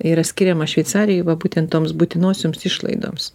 yra skiriama šveicarijai va būtent toms būtinosioms išlaidoms